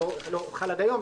או שלא חל עד היום.